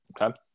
okay